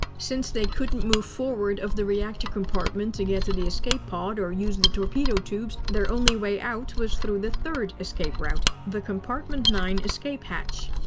since they couldn't move forward of the reactor compartment to get to the escape pod or use the torpedo tubes, their only way out was through the third escape route the compartment nine escape hatch.